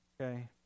okay